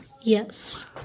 Yes